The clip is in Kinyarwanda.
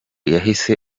yahise